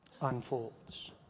unfolds